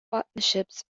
partnerships